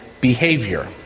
behavior